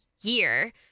year